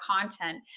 content